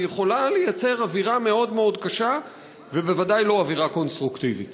שיכולה לייצר אוירה מאוד מאוד קשה ובוודאי לא אווירה קונסטרוקטיבית.